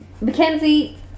Mackenzie